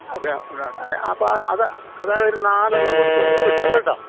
okay അങ്ങനെയുണ്ട് അല്ലേ അപ്പോൾ അത് അത് ഒരു നാലെണ്ണം കൊടുത്തോ വിട്ടോ കേട്ടോ